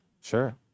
Sure